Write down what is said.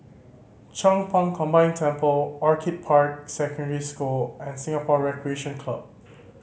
Chong Pang Combined Temple Orchid Park Secondary School and Singapore Recreation Club